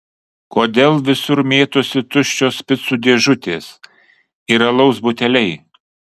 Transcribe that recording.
kodėl visur mėtosi tuščios picų dėžutės ir alaus buteliai